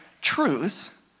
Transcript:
truth